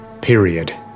period